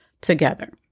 together